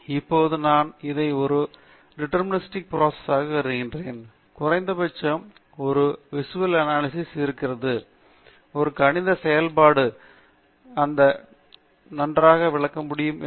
இப்போது நான் இதை ஒரு டீடெர்மினிஸ்டிக் ப்ரோசஸ் யாக கருதுகிறேன் குறைந்தபட்சம் ஒரு விசுவல் அனாலிசிஸ் இருந்து ஒரு கணித செயல்பாடு இந்த நன்றாக விளக்க முடியும் என்று